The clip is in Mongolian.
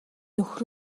нөхөр